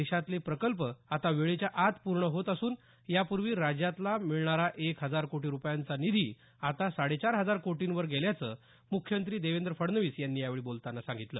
देशातले प्रकल्प आता वेळेच्या आत पूर्ण होत असून यापूर्वी राज्याला मिळणारा एक हजार कोटी रूपयांचा निधी आता साडे चार हजार कोटींवर गेल्याचं मुख्यमंत्री देवेंद्र फडणवीस यांनी यावेळी सांगितलं